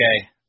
okay